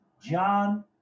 John